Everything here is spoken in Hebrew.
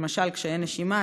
למשל קשיי נשימה,